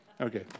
Okay